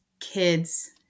kids